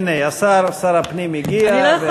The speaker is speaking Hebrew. הנה, השר, שר הפנים הגיע, ואת יכולה.